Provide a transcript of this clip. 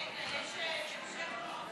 חוק הרשות